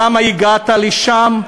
למה הגעת לשם?